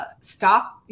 stop